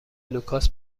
لوکاس